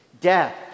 death